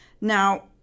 Now